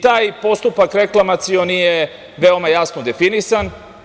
Taj postupak reklamacioni je veoma jasno definisan.